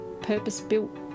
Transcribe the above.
purpose-built